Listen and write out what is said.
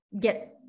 get